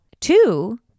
two